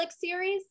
series